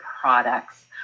products